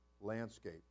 landscape